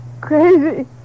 crazy